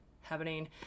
happening